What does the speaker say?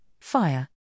fire